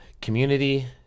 community